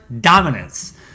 dominance